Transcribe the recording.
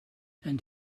and